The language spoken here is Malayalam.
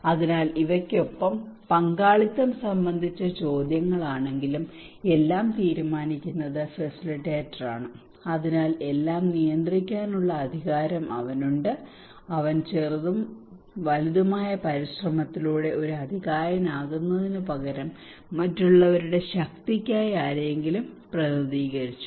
അതിനാൽ ഇവയ്ക്കൊപ്പം പങ്കാളിത്തം സംബന്ധിച്ച ചോദ്യങ്ങളാണെങ്കിലും എല്ലാം തീരുമാനിക്കുന്നത് ഫെസിലിറ്റേറ്ററാണ് അതിനാൽ എല്ലാം നിയന്ത്രിക്കാനുള്ള അധികാരം അവനുണ്ട് അതിനാൽ അവൻ ചെറുതും ചെറുതുമായ പരിശ്രമത്തിലൂടെ ഒരു അതികായനാകുന്നതിനുപകരം മറ്റുള്ളവരുടെ ശക്തിക്കായി ആരെയെങ്കിലും പ്രതിനിധീകരിച്ചു